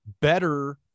better